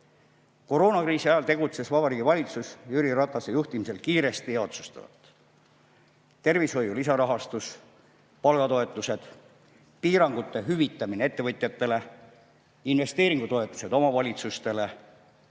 Koroonakriisi ajal tegutses Vabariigi Valitsus Jüri Ratase juhtimisel kiiresti ja otsustavalt. Tervishoiu lisarahastus, palgatoetused, piirangute hüvitamine ettevõtjatele, investeeringutoetused omavalitsustele.